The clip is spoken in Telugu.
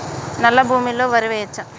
నల్లా భూమి లో వరి వేయచ్చా?